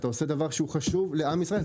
אתה עושה דבר שהוא חשוב לעם ישראל,